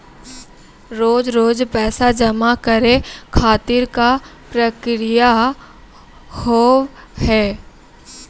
रोज रोज पैसा जमा करे खातिर का प्रक्रिया होव हेय?